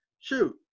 Shoot